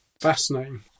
Fascinating